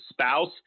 spouse